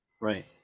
right